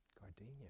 Gardenia